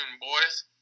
boys